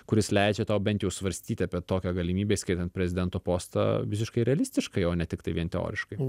kuris leidžia tau bent jau svarstyti apie tokią galimybę įskaitant prezidento postą visiškai realistiškai o ne tiktai vien teoriškai